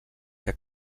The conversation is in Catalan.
que